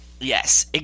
Yes